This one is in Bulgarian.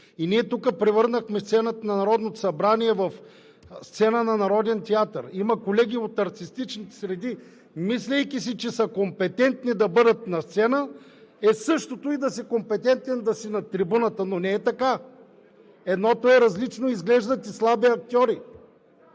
ние превърнахме сцената на Народното събрание в сцената на Народния театър. Има колеги от артистичните среди, мислейки си, че са компетентни да бъдат на сцената и че е същото като да си компетентен и да си на трибуната, но не е така! Различно е и изглеждате като слаби актьори.